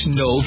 no